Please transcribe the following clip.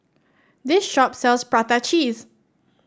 this shop sells Prata Cheese